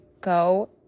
go